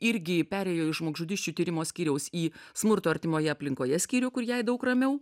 irgi perėjo iš žmogžudysčių tyrimo skyriaus į smurto artimoje aplinkoje skyrių kur jai daug ramiau